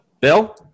Bill